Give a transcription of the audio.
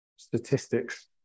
statistics